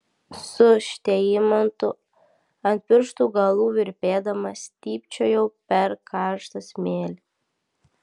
su šteimantu ant pirštų galų virpėdama stypčiojau per karštą smėlį